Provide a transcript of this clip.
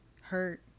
hurt